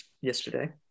yesterday